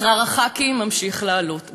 שכר חברי הכנסת ממשיך לעלות,